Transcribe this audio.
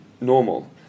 normal